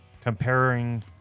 comparing